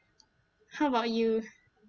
how about you